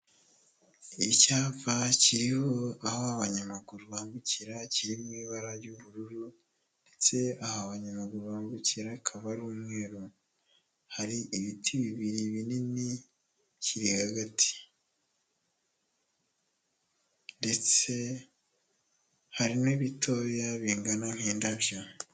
Icyapa kiriho aho abanyamaguru bambukira kiri mu ibara ry'ubururu ndetse aho abanyamaguru bambukira akaba ari umweru, hari ibiti bibiri binini kiri hagati ndetse hari n'ibitoya bingana nk'indabyo.